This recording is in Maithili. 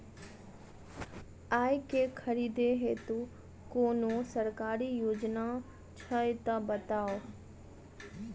आइ केँ खरीदै हेतु कोनो सरकारी योजना छै तऽ बताउ?